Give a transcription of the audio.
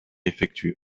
effectue